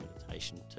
meditation